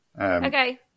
Okay